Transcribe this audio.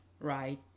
right